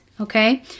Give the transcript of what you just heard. Okay